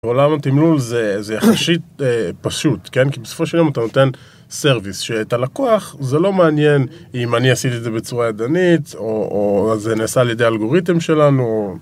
עולם התמלול זה יחסית פשוט, כי בסופו של דבר אתה נותן סרוויס, שאת הלקוח זה לא מעניין אם אני עשיתי את זה בצורה ידנית, או זה נעשה על ידי האלגוריתם שלנו